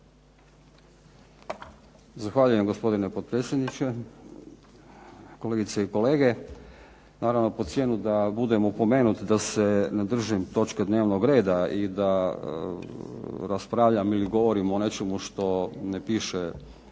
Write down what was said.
Zahvaljujem, gospodine potpredsjedniče. Kolegice i kolege. Naravno pod cijenu da budem opomenut da se ne držim točke dnevnog reda i da raspravljam ili govorim o nečemu što ne piše